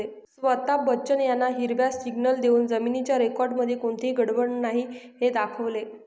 स्वता बच्चन यांना हिरवा सिग्नल देऊन जमिनीच्या रेकॉर्डमध्ये कोणतीही गडबड नाही हे दाखवले